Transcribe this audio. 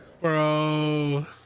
bro